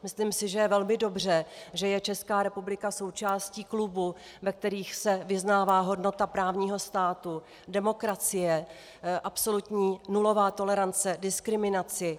Myslím si, že je velmi dobře, že je Česká republika součástí klubů, ve kterých se vyznává hodnota právního státu, demokracie, absolutní nulová tolerance diskriminaci.